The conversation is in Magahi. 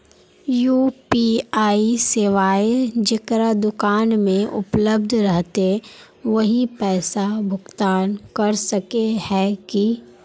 यु.पी.आई सेवाएं जेकरा दुकान में उपलब्ध रहते वही पैसा भुगतान कर सके है की?